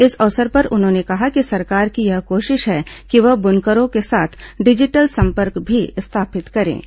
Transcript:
इस अवसर पर उन्होंने कहा कि सरकार की यह कोशिश है कि वह बुनकरों के साथ डिजीटल सम्पर्क भी स्थापित करे